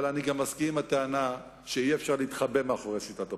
אבל אני גם מסכים עם הטענה שאי-אפשר להתחבא מאחורי שיטת הבחירות.